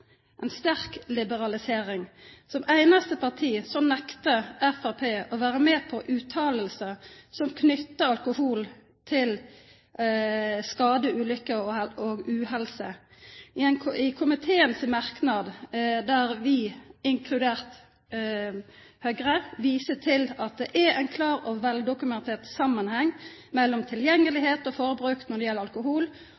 en sterk liberalisering. Som eneste parti nekter Fremskrittspartiet å være med på uttalelser som knytter alkohol til skader, ulykker og uhelse. I vår komitémerknad viser vi, inkludert Høyre, til at det er en klar og veldokumentert sammenheng mellom